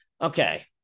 Okay